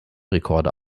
rekorde